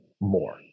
more